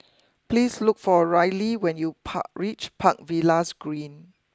please look for Ryley when you Park reach Park Villas Green